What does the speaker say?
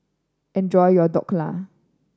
enjoy your Dhokla